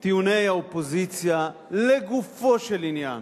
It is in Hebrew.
טיעוני האופוזיציה לגופו של עניין